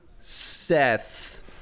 Seth